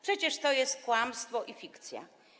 Przecież to jest kłamstwo i fikcja.